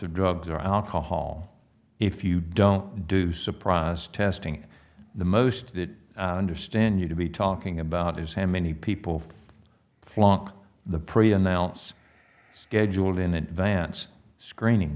of drugs or alcohol if you don't do surprise testing the most it understand you to be talking about is how many people flock the pre announce scheduled in advance screening